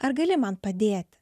ar gali man padėti